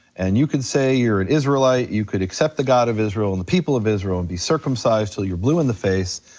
and you can say you're an and israelite, you could accept the god of israel and the people of israel and be circumcised until you're blue in the face,